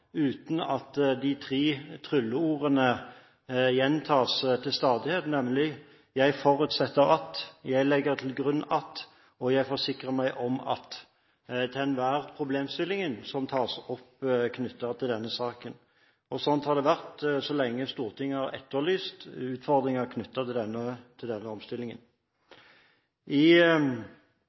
uten at de tre trylleordene gjentar seg til stadighet, nemlig «jeg forutsetter at», «jeg legger til grunn at» og «jeg forsikrer meg om at», om enhver problemstilling som tas opp knyttet til denne saken. Sånn har det vært så lenge Stortinget har etterlyst utfordringer knyttet til denne omstillingen. I